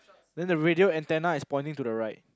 then the radio antenna is pointing to the right